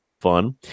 fun